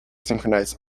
synchronize